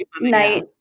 night